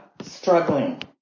struggling